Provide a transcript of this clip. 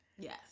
Yes